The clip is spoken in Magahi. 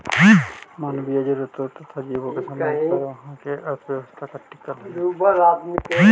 मानवीय जरूरतों तथा जीवों के संबंधों पर उहाँ के अर्थव्यवस्था टिकल हई